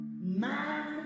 man